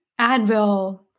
Advil